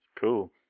Cool